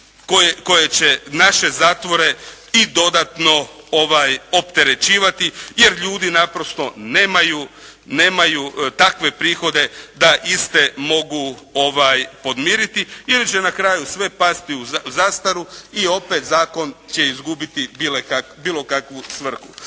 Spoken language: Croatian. koje će naše zatvore i dodatno opterećivati jer ljudi naprosto nemaju takve prihode da iste mogu podmiriti ili će na kraju sve pasti u zastaru i opet zakon će izgubiti bilo kakvu svrhu.